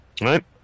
right